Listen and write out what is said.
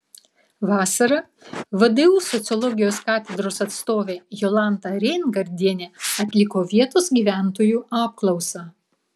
vasarą vdu sociologijos katedros atstovė jolanta reingardienė atliko vietos gyventojų apklausą